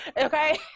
Okay